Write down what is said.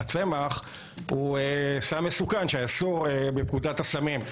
הצמח הוא סם מסוכן שאסור בפקודת הסמים,